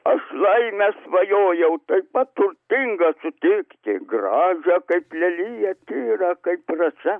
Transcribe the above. aš laimę svajojau taip pat turtingą sutikti gražią kaip leliją tai yra kaip pradžia